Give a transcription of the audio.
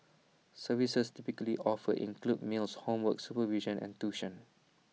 services typically offered include meals homework supervision and tuition